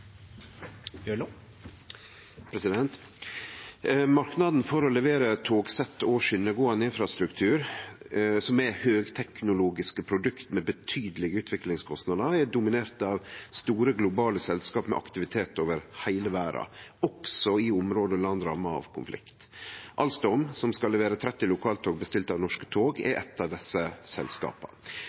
av store, globale selskap med aktivitet over heile verda, også i område og land ramma av konflikt. Alstom, som skal levere 30 lokaltog bestilt av Norske tog, er eitt av desse selskapa.